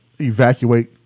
evacuate